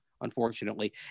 unfortunately